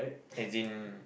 as in